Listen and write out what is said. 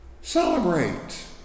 Celebrate